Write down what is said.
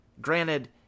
Granted